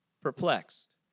perplexed